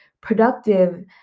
productive